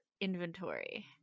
inventory